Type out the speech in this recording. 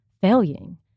failing